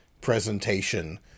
presentation